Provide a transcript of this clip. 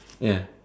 ya